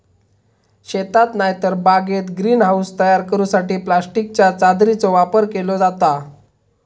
शेतात नायतर बागेत ग्रीन हाऊस तयार करूसाठी प्लास्टिकच्या चादरीचो वापर केलो जाता